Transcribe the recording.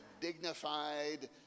dignified